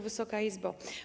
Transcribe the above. Wysoka Izbo!